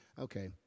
Okay